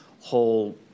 whole